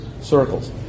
circles